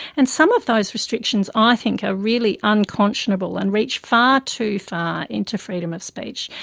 and some of those restrictions i think are really unconscionable and reach far too far into freedom of speech.